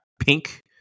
pink